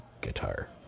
Guitar